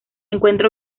encuentra